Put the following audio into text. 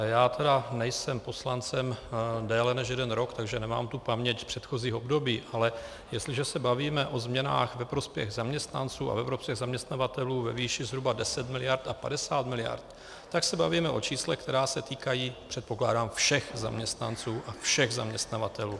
Já tedy nejsem poslancem déle než jeden rok, takže nemám tu paměť předchozích období, ale jestliže se bavíme o změnách ve prospěch zaměstnanců a ve prospěch zaměstnavatelů ve výši zhruba 10 mld. a 50 mld., tak se bavíme o číslech, která se týkají, předpokládám, všech zaměstnanců a všech zaměstnavatelů.